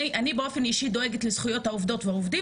אני באופן אישי דואגת לזכויות העובדות והעובדים,